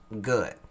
good